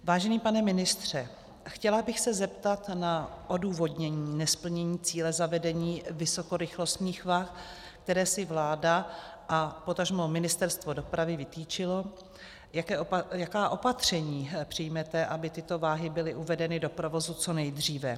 Vážený pane ministře, chtěla bych se zeptat na odůvodnění nesplnění cíle zavedení vysokorychlostních vah, které si vláda a potažmo Ministerstvo dopravy vytyčilo, jaká opatření přijmete, aby tyto váhy byly uvedeny do provozu co nejdříve.